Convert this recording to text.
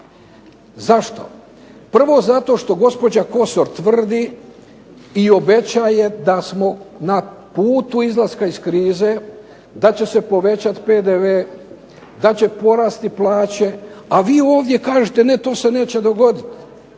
Zašto? Prvo zato što gospođa Kosor tvrdi i obećaje da smo na putu izlaska iz krize, da će se povećat PDV, da će porasti plaće, a vi ovdje kažete, ne to se neće dogoditi.